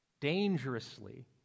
dangerously